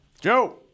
Joe